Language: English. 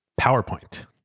PowerPoint